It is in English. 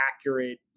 accurate